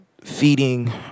feeding